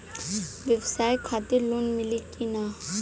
ब्यवसाय खातिर लोन मिली कि ना?